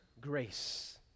grace